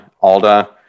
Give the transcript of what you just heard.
Alda